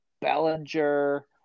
Bellinger